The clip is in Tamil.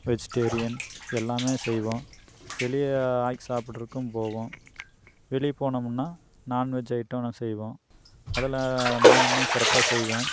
வெஜ்டேரியன் எல்லாமே செய்வோம் வெளியே ஆக்கி சாப்பிடுறக்கும் போவோம் வெளியே போனமுன்னா நாண்வெஜ் ஐட்டலாம் செய்வோம் அதில் நான் இன்னும் சிறப்பாக செய்வேன்